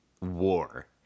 war